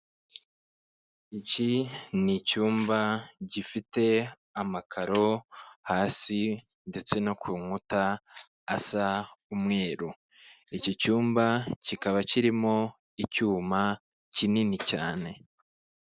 Iki ni icyumba gifite amakaro hasi ndetse no ku nkuta asa umweru iki cyumba kikaba kirimo icyuma kinini cyane.